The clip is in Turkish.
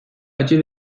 acı